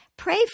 Pray